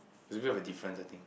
is a bit of a difference I think